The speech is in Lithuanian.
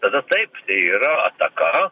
tada taip tai yra ataka